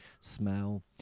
smell